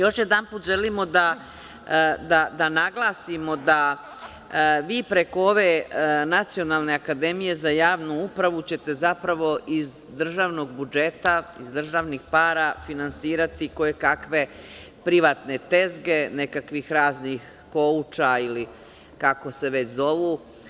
Još jednom želimo da naglasimo da vi preko ove Nacionalne akademije za javnu upravu ćete zapravo iz državnog budžeta, iz državnih para finansirati kojekakve privatne tezge nekakvih raznih kouča ili kako se već zovu.